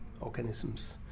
organisms